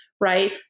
right